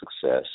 success